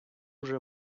вже